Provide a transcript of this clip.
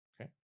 Okay